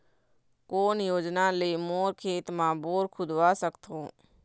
कोन योजना ले मोर खेत मा बोर खुदवा सकथों?